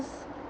~st